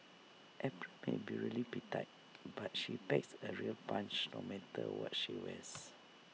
April may be really petite but she packs A real punch no matter what she wears